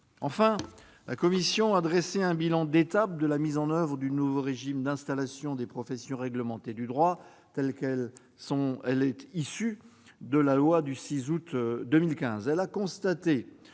Enfin, la commission a dressé un bilan d'étape de la mise en oeuvre du nouveau régime d'installation des professions réglementées du droit, issu de la loi du 6 août 2015.